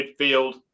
midfield